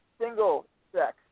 single-sex